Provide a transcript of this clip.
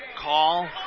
call